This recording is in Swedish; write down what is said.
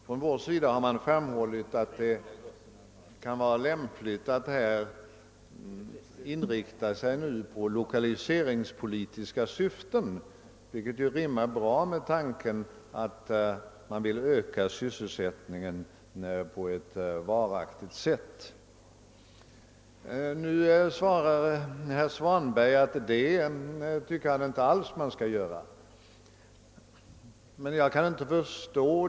Från vår sida har framhållits att det kan vara lämpligt att staten inriktar sig på lokaliseringspolitiska syften, vilket rimmar bra med tanken att öka sysselsättningen på ett varaktigt sätt. Herr Svanberg säger att han inte alls tycker att man skall göra så. Det kan jag inte förstå.